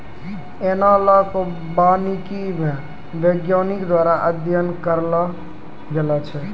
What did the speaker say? एनालाँक वानिकी मे वैज्ञानिक द्वारा अध्ययन करलो गेलो छै